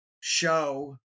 show